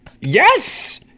yes